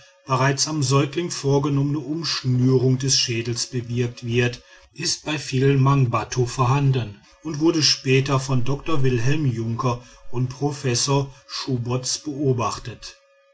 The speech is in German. bereits am säugling vorgenommene umschnürung des schädels bewirkt wird ist bei vielen mangbattu vorhanden und wurde später von dr wilhelm junker und professor schubotz beobachtet